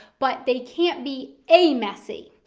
but they can't be a messie.